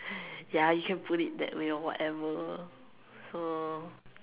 ya you can put it that way or whatever so